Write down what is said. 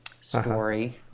story